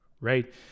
right